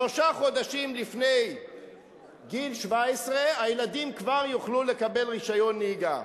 שלושה חודשים לפני גיל 17 הילדים כבר יוכלו לקבל רשיון נהיגה.